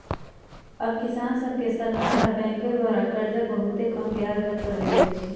अब किसान सभके सरकार आऽ बैंकों द्वारा करजा बहुते कम ब्याज पर दे देल जाइ छइ